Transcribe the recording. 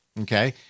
Okay